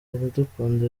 iradukunda